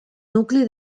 nucli